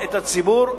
את הציבור,